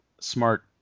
smart